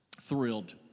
thrilled